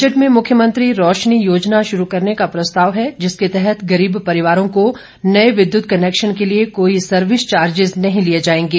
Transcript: budget में मुख्यमंत्री रोशनी योजना शुरू करने का प्रस्ताव है जिसके तहत गरीब परिवारों को नए विद्युत कनेकशन के लिए कोई सर्विस चार्जिज नहीं लिए जाएंगे